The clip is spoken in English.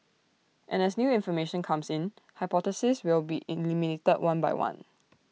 and as new information comes in hypotheses will be eliminated one by one